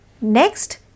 Next